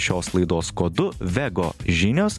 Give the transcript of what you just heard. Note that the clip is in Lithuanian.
šios laidos kodu vego žinios